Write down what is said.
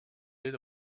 est